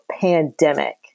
pandemic